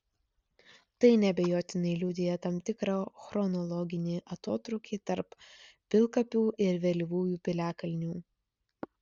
tai neabejotinai liudija tam tikrą chronologinį atotrūkį tarp pilkapių ir vėlyvųjų piliakalnių